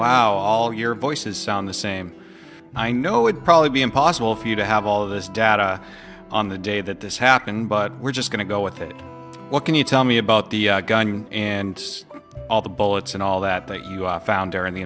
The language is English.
floor all your voices sound the same i know would probably be impossible for you to have all of this data on the day that this happened but we're just going to go with it what can you tell me about the gun and all the bullets and all that that you found during the